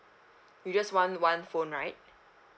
you just want one phone right